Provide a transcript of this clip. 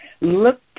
Look